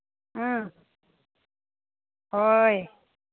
ꯑꯥ ꯍꯣꯏ